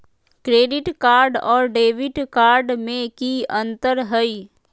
Credit card और debit card में की अंतर हई?